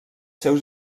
seus